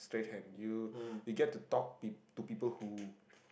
straight hand you you get to talk pe~ to people who